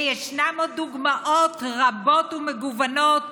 וישנן עוד דוגמאות רבות ומגוונות,